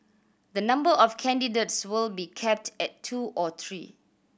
the number of candidates will be capped at two or three